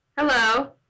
Hello